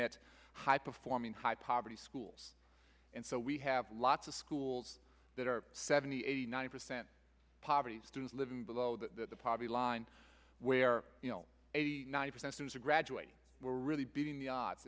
at high performing high poverty schools and so we have lots of schools that are seventy eighty ninety percent poverty students living below the poverty line where you know eighty nine percent is a graduate we're really beating the odds